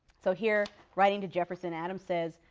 so here, writing to jefferson, adams says,